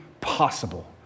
possible